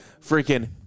freaking